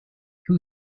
who